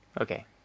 Okay